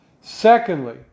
Secondly